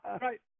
right